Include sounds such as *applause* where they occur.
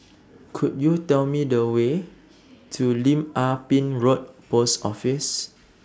Could YOU Tell Me The Way to Lim Ah Pin Road Post Office *noise*